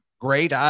great